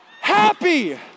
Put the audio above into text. happy